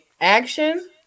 Action